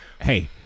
hey